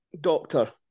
Doctor